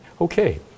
Okay